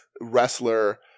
wrestler